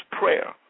prayer